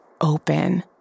open